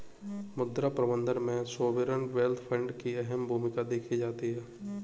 मुद्रा प्रबन्धन में सॉवरेन वेल्थ फंड की अहम भूमिका देखी जाती है